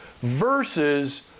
versus